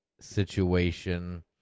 situation